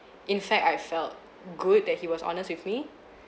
in fact I felt good that he was honest with me